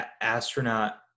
astronaut